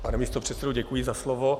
Pane místopředsedo, děkuji za slovo.